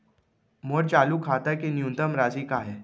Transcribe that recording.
मोर चालू खाता के न्यूनतम राशि का हे?